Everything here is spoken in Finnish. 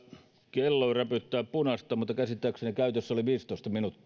kello räpyttää punaista mutta käsittääkseni käytössä oli viisitoista minuuttia ai